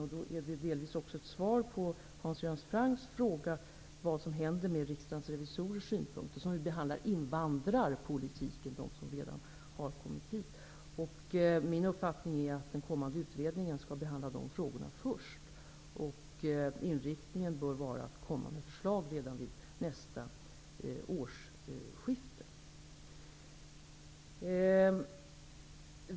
Det är delvis också ett svar på Hans Göran Francks fråga, vad som händer med Riksdagens revisorers synpunkter -- som ju handlar om invandrarpolitiken och dem som redan har kommit hit. Min uppfattning är att den kommande utredningen skall behandla de frågorna först, och inriktningen bör vara att ett förslag skall komma redan vid nästa årsskifte.